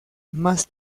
más